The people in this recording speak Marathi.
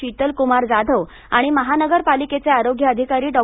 शितलक्मार जाधव आणि महानगरपालिकेचे आरोग्यक अधिकारी डॉ